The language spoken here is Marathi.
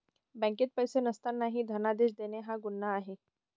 बँकेत पैसे नसतानाही धनादेश देणे हा गुन्हा आहे